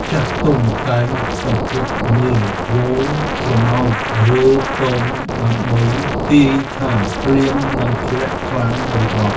ចាស់ទុំតែងសង្កេតមើលហ្វូងស្រមោចរើពងដើម្បីទាយថាភ្លៀងនឹងធ្លាក់ខ្លាំងឬអត់។